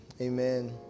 amen